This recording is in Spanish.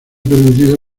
permitido